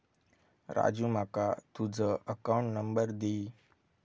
राजू माका तुझ account number दी